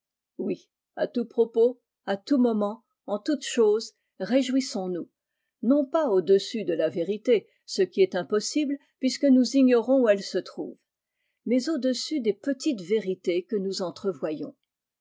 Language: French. oui atout propos à tout moment en toutes choses réjouissons-nous non pas au-dessus de la vérité ce qui est impossible puisque nous ignorons où elle se trouve mais au-dessus des petites vérités que nous